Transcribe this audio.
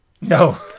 No